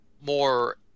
more